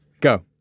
go